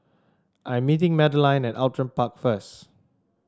I am meeting Madeline at Outram Park first